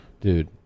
dude